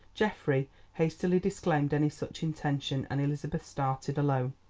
geoffrey hastily disclaimed any such intention, and elizabeth started alone.